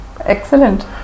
excellent